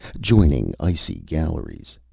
joining icy galleries.